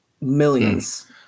millions